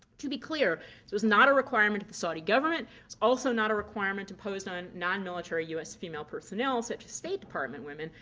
to be clear, this was not a requirement of the saudi government. it's also not a requirement imposed on non-military us female personnel, such as state department women,